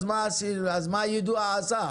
מה היידוע עשה,